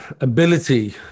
ability